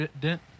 dent